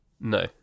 No